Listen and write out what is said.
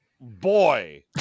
boy